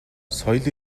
соёл